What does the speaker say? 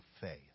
faith